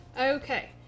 Okay